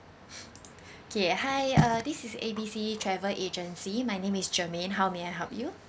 okay hi uh this is A B C travel agency my name is germaine how may I help you